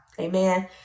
Amen